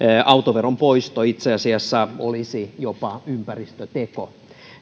autoveron poisto itse asiassa olisi jopa ympäristöteko